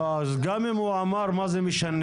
לא, גם אם הוא אמר מה זה משנה?